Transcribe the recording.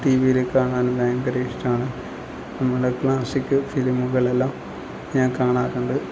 T വിയിൽ കാണാൻ ഭയങ്കര ഇഷ്ടമാണ് നമ്മുടെ ക്ലാസിക് ഫിലിമുകളെല്ലാം ഞാൻ കാണാറുണ്ട്